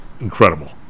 incredible